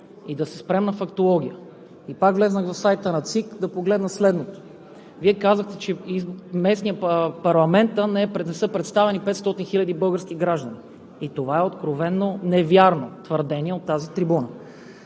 и да се спрем на фактология. Пак влязох на сайта на ЦИК да погледна следното: Вие казвате, че в парламента не са представени 500 хиляди български граждани. Това е откровено невярно твърдение от тази трибуна.